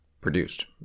produced